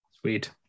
Sweet